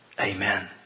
Amen